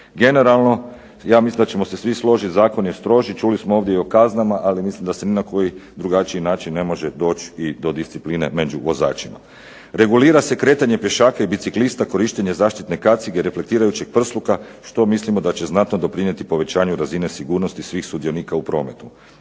Generalno ja mislim da ćemo se svi složiti zakon je stroži. Čuli smo ovdje i o kaznama, ali mislim da se ni na koji drugačiji način ne može doći i do discipline među vozačima. Regulira se kretanje pješaka i biciklista, korištenje zaštitne kacige, reflektirajućeg prsluka što mislimo da će znatno doprinijeti povećanju razine sigurnosti svih sudionika u prometu.